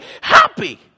Happy